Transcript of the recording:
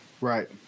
Right